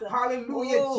Hallelujah